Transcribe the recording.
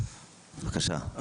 בבקשה,